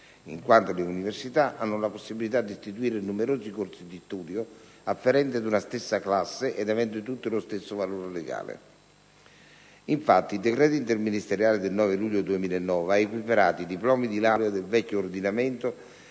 in quanto le università hanno la possibilità di istituire numerosi corsi di studio afferenti ad una stessa classe ed aventi, tutti, lo stesso valore legale. Infatti, il decreto interministeriale del 9 luglio 2009 ha equiparato i diplomi di laurea del vecchio ordinamento